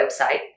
website